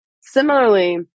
Similarly